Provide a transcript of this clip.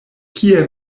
kie